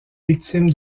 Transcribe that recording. victime